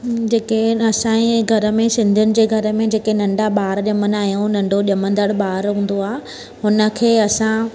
जेके आहिनि असांजे घर में सिंधियुनि जे घर में जेके नंढा ॿार ॼमंदा आहियूं नंढो ॼमंदड़ु ॿारु हूंदो आहे हुनखे असां